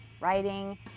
writing